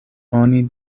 oni